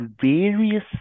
various